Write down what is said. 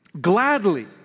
gladly